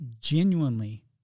genuinely